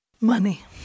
Money